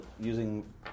using